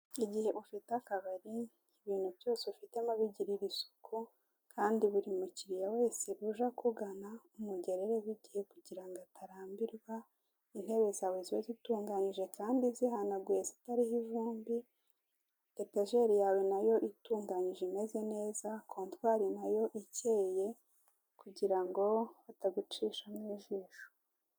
Igihe ufite akabari ibintu byose ufitemo ubigirira isuku kandi buri mu kiriya wese uje akugana umugerereho igihe kugirango atarambirwa intebe zawe zibe zitunganyije kandi zihanaguye zitariho ivumbi etajeri yawe nayo itunganyije imeze neza kontwari nayo icyeye kugirango batagucishamo ijisho.